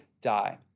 die